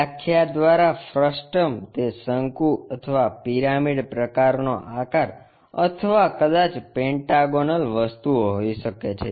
વ્યાખ્યા દ્વારા ફ્રસ્ટમ તે શંકુ અથવા પિરામિડ પ્રકારનો આકાર અથવા કદાચ પેન્ટાગોનલ વસ્તુ હોઈ શકે છે